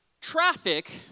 traffic